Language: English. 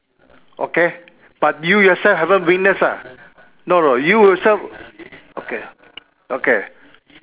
okay but you yourself haven't witnessed lah no no you yourself okay okay